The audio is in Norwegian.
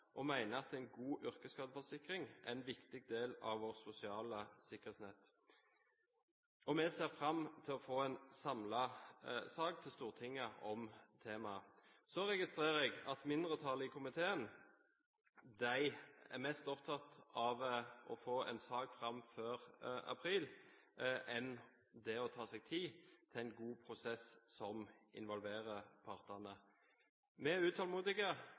og vi mener at en god yrkesskadeforsikring er en viktig del av vårt sosiale sikkerhetsnett. Vi ser fram til å få en samlet sak til Stortinget om temaet. Jeg registrerer så at mindretallet i komiteen er mer opptatt av å få en sak fram før april, enn å ta seg tid til en god prosess som involverer partene. Vi er utålmodige,